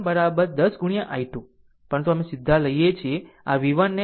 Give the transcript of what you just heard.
આમ v1 10 ગુણ્યા i2 પરંતુ અમે સીધા લઈએ છીએ આ v1 ને આ રીતે